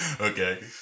Okay